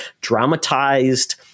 dramatized